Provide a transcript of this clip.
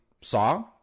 saw